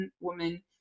woman